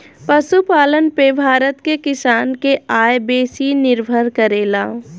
पशुपालन पे भारत के किसान के आय बेसी निर्भर करेला